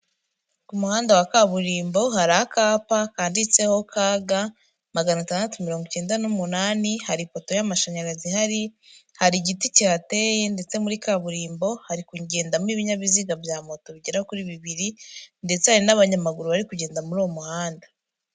Ku muhanda wa kaburimbo hari akapa kanditseho ka ga magana atandatu mirongo icyenda n'umunani, hari ipoto y'amashanyarazi ihari, hari igiti kihateye ndetse muri kaburimbo hari kugendamo ibinyabiziga bya moto bigera kuri bibiri ndetse hari n'abanyamaguru bari kugenda muri uwo muhanda.